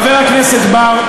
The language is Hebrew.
חבר הכנסת בר,